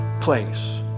place